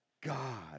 God